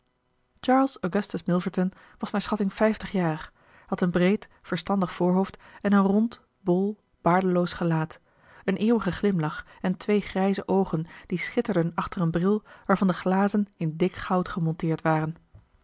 charles augustus milverton was naar schatting vijftig jaar had een breed verstandig voorhoofd en een rond bol baardeloos gelaat een eeuwigen glimlach en twee grijze oogen die schitterden achter een bril waarvan de glazen in dik goud gemonteerd waren